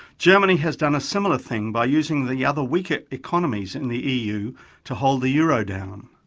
germany has done a similar thing by using the other weaker economies in the eu to hold the euro down.